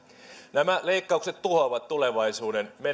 nämä leikkaukset tuhoavat tulevaisuuden